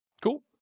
Cool